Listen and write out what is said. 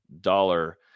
dollar